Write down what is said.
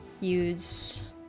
use